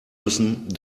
müssen